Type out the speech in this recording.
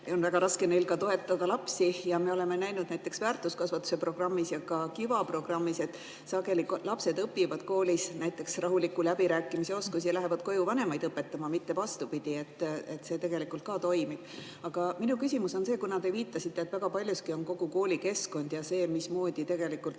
on väga raske neil ka toetada lapsi. Ja me oleme näinud näiteks väärtuskasvatuse programmis ja ka KiVa programmis, et sageli lapsed õpivad koolis näiteks rahuliku läbirääkimise oskusi ja lähevad koju vanemaid õpetama, mitte vastupidi, nii et see tegelikult ka toimib. Aga minu küsimus on see, kuna te viitasite, et väga paljuski on kogu koolikeskkond ja see, mismoodi tegelikult